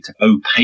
opaque